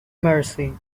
mercy